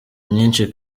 nyinshi